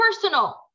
personal